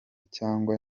cyangwa